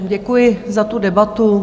Děkuji za tu debatu.